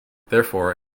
therefore